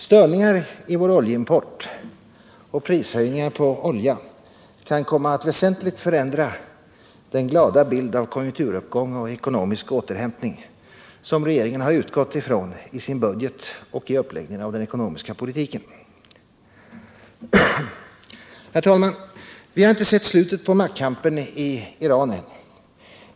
Störningar i vår oljeimport och prishöjningar på olja kan komma att väsentligt förändra den glada bild av konjunkturuppgång och ekonomisk återhämtning som regeringen har utgått från i sin budget och i uppläggningen av den ekonomiska politiken. Herr talman! Vi har inte sett slutet på maktkampen i Iran än.